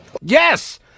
Yes